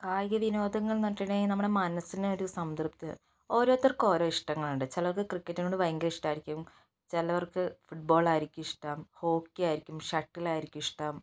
കായിക വിനോദങ്ങൾ എന്ന് പറഞ്ഞിട്ടുണ്ടെങ്കിൽ നമ്മുടെ മനസ്സിനൊരു സംതൃപ്തി ഓരോരുത്തർക്കും ഓരോ ഇഷ്ടങ്ങൾ ഉണ്ട് ചിലർക്ക് ക്രിക്കറ്റിനോട് ഭയങ്കര ഇഷ്ടമായിരിക്കും ചിലർക്ക് ഫുട്ബോൾ ആയിരിക്കും ഇഷ്ടം ഹോക്കിയായിരിക്കും ഷട്ടിൽ ആയിരിക്കുമിഷ്ടം